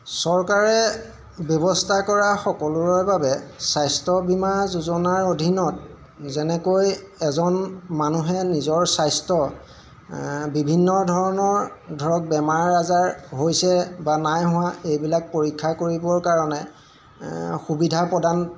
চৰকাৰে ব্যৱস্থা কৰা সকলোৰে বাবে স্বাস্থ্য বীমা যোজনাৰ অধীনত যেনেকৈ এজন মানুহে নিজৰ স্বাস্থ্য বিভিন্ন ধৰণৰ ধৰক বেমাৰ আজাৰ হৈছে বা নাই হোৱা এইবিলাক পৰীক্ষা কৰিবৰ কাৰণে সুবিধা প্ৰদান